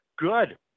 Good